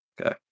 Okay